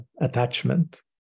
attachment